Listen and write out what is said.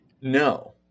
no